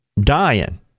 dying